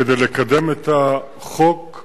כדי לקדם את החוק,